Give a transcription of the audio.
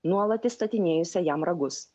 nuolat įstatinėjusią jam ragus